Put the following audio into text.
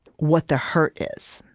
what the hurt is.